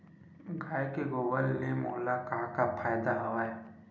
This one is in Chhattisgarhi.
गाय के गोबर ले मोला का का फ़ायदा हवय?